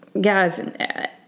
guys—